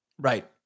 Right